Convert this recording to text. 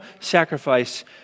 sacrifice